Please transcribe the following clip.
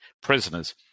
prisoners